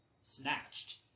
snatched